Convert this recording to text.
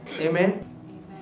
Amen